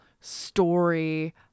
story